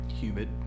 humid